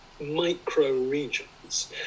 micro-regions